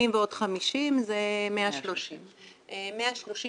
80 ועוד 50 זה 130. 130,